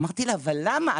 אמרתי לה: למה?